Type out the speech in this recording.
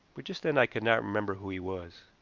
but just then i could not remember who he was.